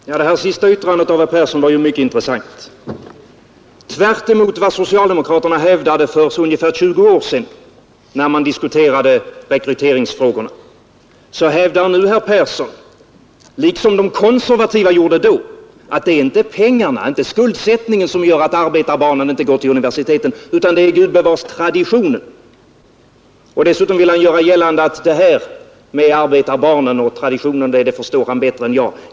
Fru talman! Det här senaste yttrandet av herr Persson i Stockholm var mycket intressant. Tvärtemot vad socialdemokraterna hävdade för ungefär 20 år sedan, när man diskuterade rekryteringsfrågorna, hävdar nu herr Persson, liksom de konservativa gjorde då, att det är inte pengarna, inte skuldsättningen, som gör att arbetarbarnen inte går till universiteten, utan det är gubevars traditionen. Dessutom vill han göra gällande att det här med arbetarbarnen och traditionen förstår han bättre än jag.